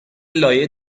لایه